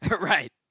Right